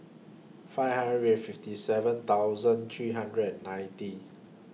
five hundred We Have fifty seven thousand three hundred and ninety